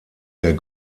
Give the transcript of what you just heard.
der